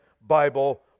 Bible